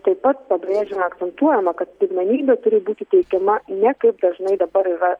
taip pat pabrėžiama akcentuojama kad pirmenybė turi būti teikiama ne kaip dažnai dabar yra